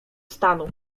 stanu